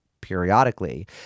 periodically